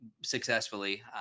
successfully